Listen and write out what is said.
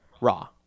raw